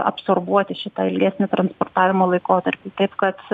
absorbuoti šitą ilgesnį transportavimo laikotarpį taip kad